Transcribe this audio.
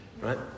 Right